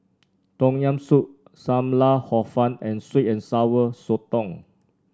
Tom Yam Soup Sam Lau Hor Fun and sweet and Sour Sotong